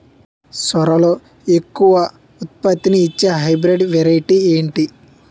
సోరలో ఎక్కువ ఉత్పత్తిని ఇచే హైబ్రిడ్ వెరైటీ ఏంటి?